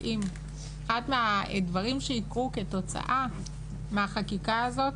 שאחד הדברים שיקרו כתוצאה מהחקיקה הזו,